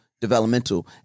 developmental